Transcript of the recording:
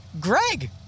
Greg